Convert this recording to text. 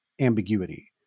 ambiguity